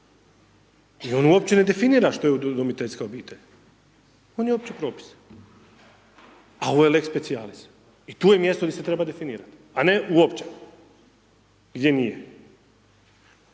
I on uopće ne definira što je udomiteljska obitelj, on je opći propis, a ovo je lex specialis i to je mjesto gdje se treba definirati, a ne u opće, gdje nije.